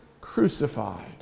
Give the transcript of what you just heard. crucified